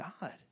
God